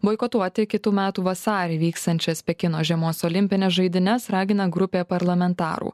boikotuoti kitų metų vasarį vyksiančias pekino žiemos olimpines žaidynes ragina grupė parlamentarų